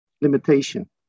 limitation